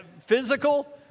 physical